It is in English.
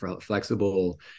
flexible